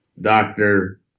Doctor